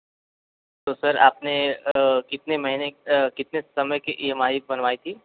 तो सर आपने कितने महीने कितने समय की इ एम आई बनवाई थी